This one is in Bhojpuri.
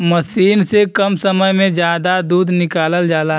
मसीन से कम समय में जादा दूध निकालल जाला